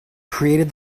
created